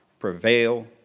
Prevail